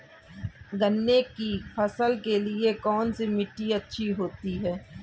गन्ने की फसल के लिए कौनसी मिट्टी अच्छी होती है?